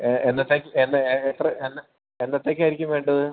എന്നത്തേക്ക് ആയിരിക്കും വേണ്ടത്